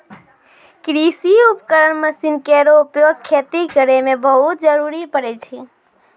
कृषि उपकरण मसीन केरो उपयोग खेती करै मे बहुत जरूरी परै छै